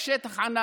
יש שטח ענק,